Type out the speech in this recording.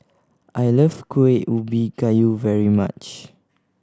I love Kuih Ubi Kayu very much